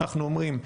אנחנו אומרים,